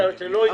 קצת יותר בשקט.